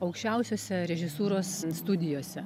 aukščiausiose režisūros studijose